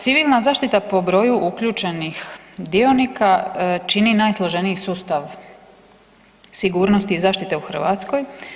Civilna zaštita po broju uključenih dionika čini najsloženiji sustav sigurnosti i zaštite u Hrvatskoj.